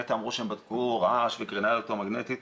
נת"ע אמרה שהם בדקו רעש וקרינה אלקטרו מגנטית,